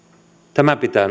tämä pitää